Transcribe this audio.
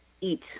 eat